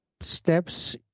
steps